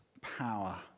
power